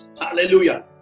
hallelujah